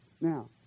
Now